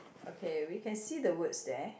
okay we can see the words there